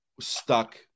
stuck